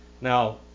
Now